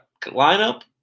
lineup